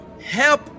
help